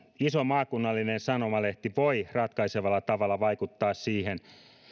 iso maakunnallinen sanomalehti voi ratkaisevalla tavalla vaikuttaa siihen